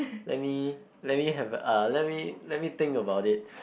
let me let me have a uh let me let me think about it